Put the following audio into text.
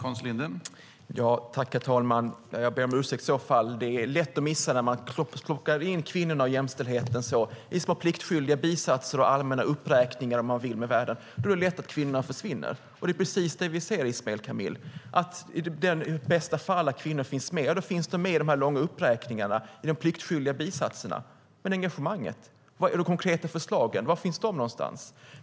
Herr talman! Jag ber om ursäkt i så fall. Det är lätt att missa när man plockar in kvinnorna och jämställdheten i små pliktskyldiga bisatser och allmänna uppräkningar av vad man vill med världen. Då är det lätt att kvinnorna försvinner. Det är precis det vi ser, Ismail Kamil. I de fall då kvinnor finns med finns de i bästa fall med i de långa uppräkningarna och i de pliktskyldiga bisatserna. Men engagemanget och de konkreta förslagen - var finns de någonstans?